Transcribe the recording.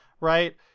Right